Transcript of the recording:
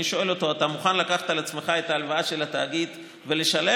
ואני שואל: אתה מוכן לקחת על עצמך את ההלוואה של התאגיד ולשלם?